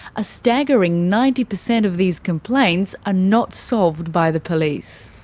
a staggering ninety percent of these complaints are not solved by the police.